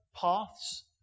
paths